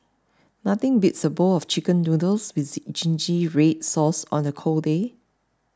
nothing beats a bowl of Chicken Noodles with Zingy Red Sauce on a cold day